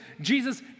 Jesus